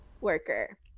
worker